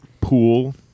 pool